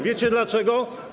Wiecie dlaczego?